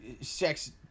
sex